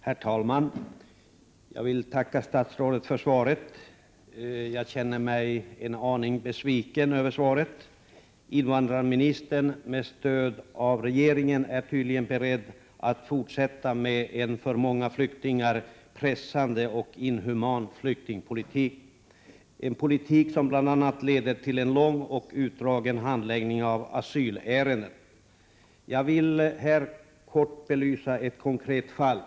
Herr talman! Jag vill tacka statsrådet för svaret. Jag känner mig en aning besviken över svaret. Invandrarministern, med stöd av regeringen, är tydligen beredd att fortsätta med en för många flyktingar pressande och inhuman flyktingpolitik — en politik som bl.a. leder till en lång, utdragen handläggning av asylärenden. Jag vill här kort belysa ett konkret fall.